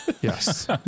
Yes